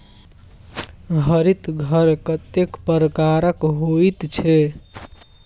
हरित घर कतेक प्रकारक होइत छै?